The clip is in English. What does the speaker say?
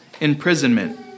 imprisonment